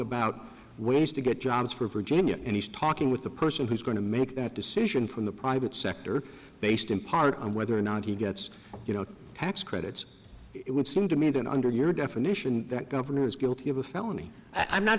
about ways to get jobs for virginia and he's talking with the person who's going to make that decision from the private sector based in part on whether or not he gets you know tax credits it would seem to me that under your definition that governor is guilty of a felony i'm not